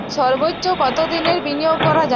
সর্বোচ্চ কতোদিনের বিনিয়োগ করা যায়?